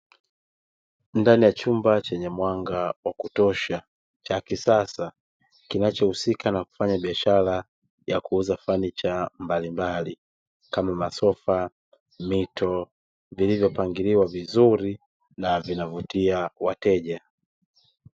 Ndani yachumba chenye mwanga wa kutosha, cha kisasa, kinachohusika na kufanya biashara ya kuuza fanicha mbalimbali kama masofa, mito, vilivyopangiliwa vizuri na vinavyovutia wateja.